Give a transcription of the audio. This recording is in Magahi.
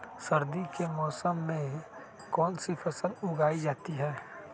सर्दी के मौसम में कौन सी फसल उगाई जाती है?